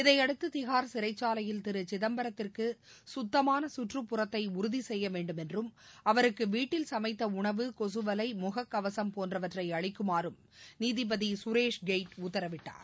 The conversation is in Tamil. இதையடுத்து தினர் சிறைச்சாலையில் திரு சிதம்பரத்திற்கு சுத்தமான கற்றுப்புறத்தை உறுதி செய்ய வேண்டும் என்றும் அவருக்கு வீட்டில் சனமத்த உணவு கொசு வலை முககவசம் போன்றவற்றை அளிக்குமாறும் நீதிபதி சுரேஷ் கெயிட் திஹார் உத்தரவிட்டார்